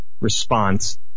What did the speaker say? response